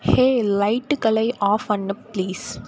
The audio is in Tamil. ஹே லைட்டுகளை ஆஃப் பண்ணு ப்ளீஸ்